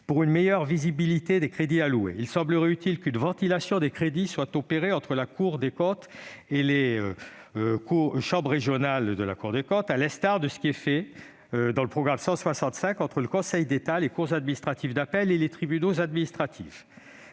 pour une meilleure lisibilité des crédits alloués, il semble utile qu'une ventilation des crédits soit opérée entre la Cour des comptes et les CRTC, à l'instar de ce qui est fait dans le programme 165 entre le Conseil d'État, les cours administratives d'appel et les tribunaux administratifs.